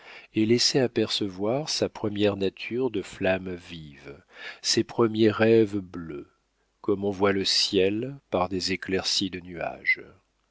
et laissait apercevoir sa première nature de flamme vive ses premiers rêves bleus comme on voit le ciel par des éclaircies de nuages